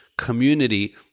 community